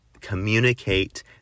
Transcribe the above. communicate